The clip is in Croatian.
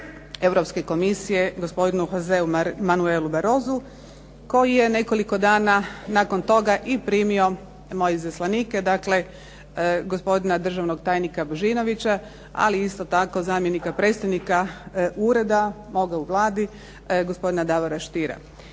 Europske komisije gospodinu Jose Manuel Barrosu koji je nekoliko dana nakon toga i primio moje izaslanike, gospodina državnog tajnika Božinovića ali isto tako zamjenika predstojnika Ureda moga u Vladi gospodina Davora Štira.